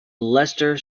leicester